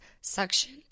suction